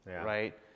right